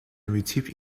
multiples